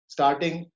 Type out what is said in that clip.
Starting